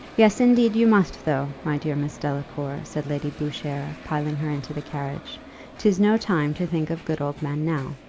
yes, indeed, you must, though, my dear miss delacour, said lady boucher, pulling her into the carriage tis no time to think of good old men now.